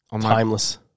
Timeless